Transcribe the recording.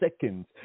seconds